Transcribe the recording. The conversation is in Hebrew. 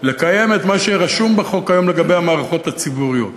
לקיים את מה שרשום בחוק היום לגבי המערכות הציבוריות.